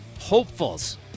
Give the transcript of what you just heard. hopefuls